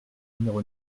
numéro